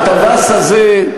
הטווס הזה,